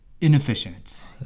inefficient